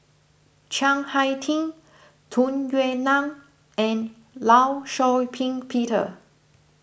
Chiang Hai Ting Tung Yue Nang and Law Shau Ping Peter